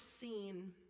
seen